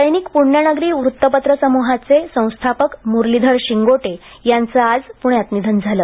दैनिक पुण्यनगरी वृत्तपत्र समुहाचे संस्थापक मुरलीधर शिंगोटे यांचं आज पुण्यात निधन झाले